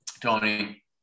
Tony